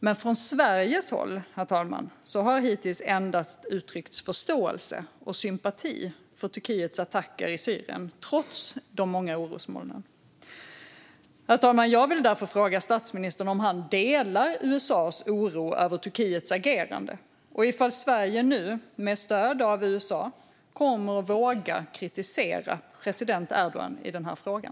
Men från Sveriges håll, herr talman, har det hittills endast uttryckts förståelse och sympati för Turkiets attacker i Syrien, trots de många orosmolnen. Herr talman! Jag vill fråga statsministern om han delar USA:s oro över Turkiets agerande och ifall Sverige nu, med stöd av USA, kommer att våga kritisera president Erdogan i den frågan.